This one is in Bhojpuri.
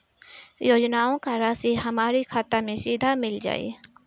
योजनाओं का राशि हमारी खाता मे सीधा मिल जाई?